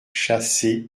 chasser